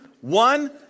one